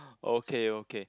okay okay